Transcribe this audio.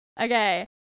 Okay